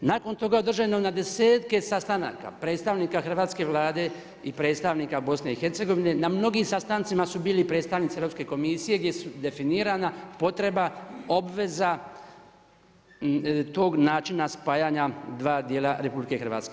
Nakon toga je održano je na desetke sastanaka predstavnika hrvatske Vlade i predstavnika BiH, na mnogim sastancima su bili i predstavnici Europske komisije gdje su definirana potreba, obveza tog načina spajanja dva dijela RH.